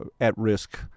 at-risk